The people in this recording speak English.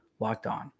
LOCKEDON